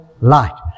light